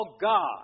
God